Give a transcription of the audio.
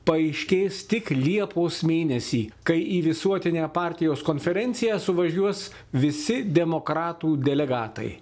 paaiškės tik liepos mėnesį kai į visuotinę partijos konferenciją suvažiuos visi demokratų delegatai